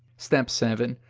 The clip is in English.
step seven.